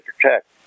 protect